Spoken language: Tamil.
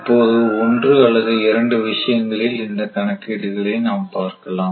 இப்போது ஒன்று அல்லது இரண்டு விஷயங்களில் இந்த கணக்கீடுகளை நாம் பார்க்கலாம்